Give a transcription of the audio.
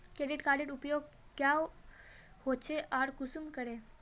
Credit कार्डेर उपयोग क्याँ होचे आर कुंसम करे?